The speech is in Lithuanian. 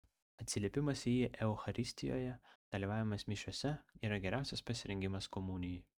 atsiliepimas į jį eucharistijoje dalyvavimas mišiose yra geriausias pasirengimas komunijai